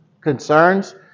concerns